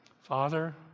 Father